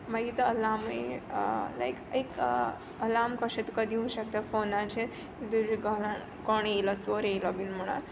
मागीर तो अलामूय लायक एक अलार्म कशें तुका दिवं शकता फोनाचेर तुज्या घरान कोण येयलो चोर येयलो बीन म्होणोन